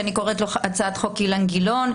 שאני קוראת לה "הצעת חוק אילן גילאון",